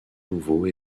nouveau